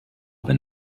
wenn